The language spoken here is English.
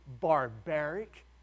barbaric